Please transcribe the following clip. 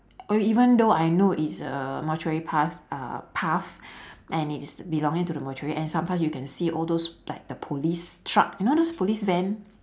oh even though I know it's a mortuary path uh path and it's belonging to the mortuary and sometimes you can see all those like the police truck you know those police van